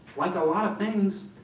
like a lot of things,